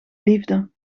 liefde